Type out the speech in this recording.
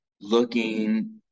looking